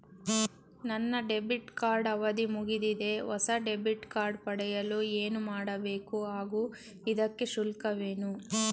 ನನ್ನ debit card ಅವಧಿ ಮುಗಿದಿದೆ ಹೊಸ ಡೆಬಿಟ್ ಕಾರ್ಡ್ ಪಡೆಯಲು ಏನು ಮಾಡಬೇಕು ಹಾಗೂ ಇದಕ್ಕೆ ಶುಲ್ಕವೇನು?